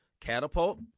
Catapult